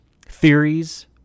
theories